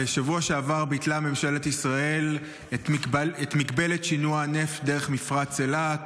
בשבוע שעבר ביטלה ממשלת ישראל את מגבלת שינוע הנפט דרך מפרץ אילת,